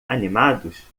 animados